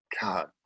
God